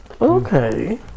Okay